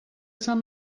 esan